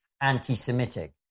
anti-Semitic